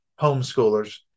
homeschoolers